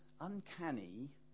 uncanny